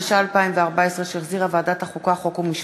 התשע"ה 2014, שהחזירה ועדת החוקה, חוק ומשפט.